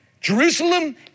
Jerusalem